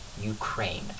Ukraine